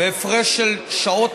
בהפרש של שעות